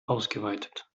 ausgeweitet